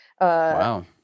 Wow